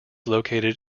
located